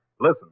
listen